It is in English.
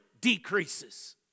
decreases